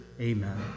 amen